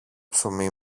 ψωμί